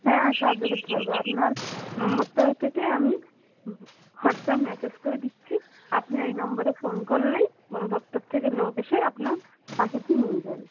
হ্যাঁ সাহায্য করতে পারবো আপনার নম্বরটা থেকে আমি হোয়াটসঅ্যাপ মেসেজ করে দিচ্ছি আপনি ওই নম্বরে ফোন করলেই বনদপ্তর থেকে লোক এসে আপনার পাখিটি নিয়ে যাবে